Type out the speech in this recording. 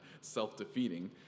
self-defeating